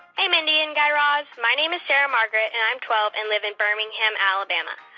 hey, mindy and guy raz. my name is sarah margaret, and i'm twelve and live in birmingham, ala. but um ah